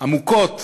עמוקות